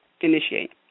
initiate